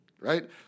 right